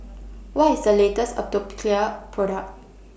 What IS The latest Atopiclair Product